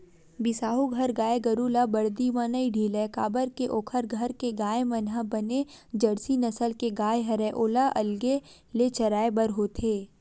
बिसाहू घर गाय गरु ल बरदी म नइ ढिलय काबर के ओखर घर के गाय मन ह बने जरसी नसल के गाय हरय ओला अलगे ले चराय बर होथे